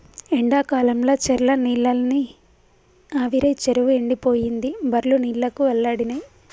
ఎండాకాలంల చెర్ల నీళ్లన్నీ ఆవిరై చెరువు ఎండిపోయింది బర్లు నీళ్లకు అల్లాడినై